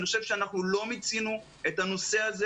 אני חושב שאנחנו לא מיצינו את הנושא הזה